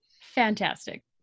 Fantastic